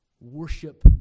worship